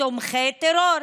תומכי טרור,